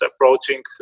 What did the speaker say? approaching